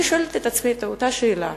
אני שואלת את עצמי את אותה שאלה,